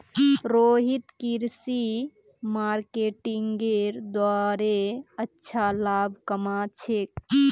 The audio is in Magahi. रोहित कृषि मार्केटिंगेर द्वारे अच्छा लाभ कमा छेक